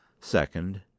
Second